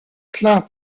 klein